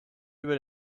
über